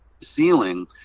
ceiling